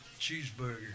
cheeseburger